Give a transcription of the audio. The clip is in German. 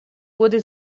wurde